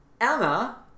Emma